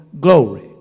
glory